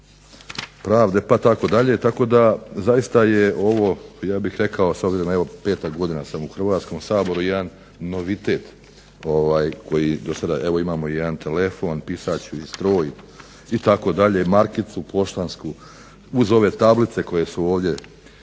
pravde itd. tako da zaista je ovo ja bih rekao s obzirom evo peta godina sam u Hrvatskom saboru i jedan novitet koji do sada evo imamo i jedan telefon, pisaći stroj itd. markicu poštansku uz ove tablice koje su ovdje